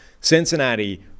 Cincinnati